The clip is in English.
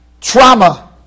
trauma